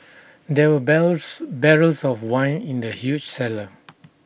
there were bears barrels of wine in the huge cellar